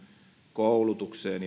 koulutukseen